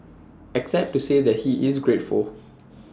except to say that he is grateful